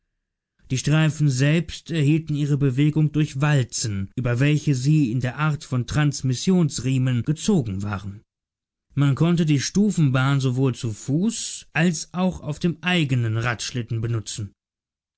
die streifen selbst erhielten ihre bewegung durch walzen über welche sie in der art von transmissionsriemen gezogen waren man konnte die stufenbahn sowohl zu fuß als auf dem eigenen radschlitten benutzen